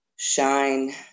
shine